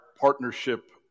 partnership